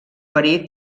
verí